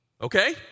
okay